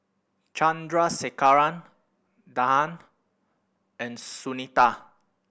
Chandrasekaran Dhyan and Sunita